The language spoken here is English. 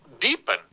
deepen